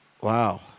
Wow